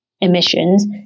emissions